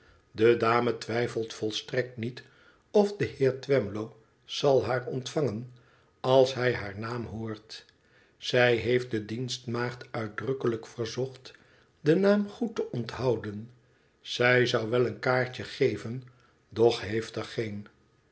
de dame twijfelt volstrekt niet of de heer twemlow zal haar ontvangen als hij haar naam hoort zij heeft de dienstmaagd uifdrukkelijk verzocht den naam goed te onthouden zij zoü wel een kaartje geven doch heeft er geen